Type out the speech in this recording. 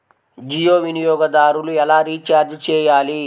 జియో వినియోగదారులు ఎలా రీఛార్జ్ చేయాలి?